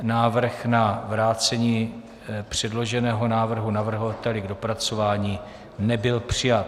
Návrh na vrácení předloženého návrhu navrhovateli k dopracování nebyl přijat.